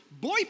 boy